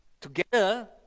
Together